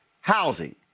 Housing